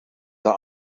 dan